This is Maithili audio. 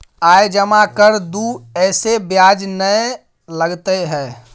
आय जमा कर दू ऐसे ब्याज ने लगतै है?